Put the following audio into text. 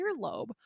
earlobe